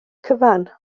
cyfan